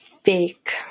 fake